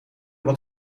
wat